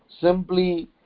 simply